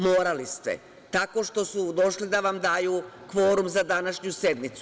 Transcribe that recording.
Morali ste, tako što su došli da vam daju kvorum za današnju sednicu.